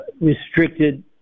restricted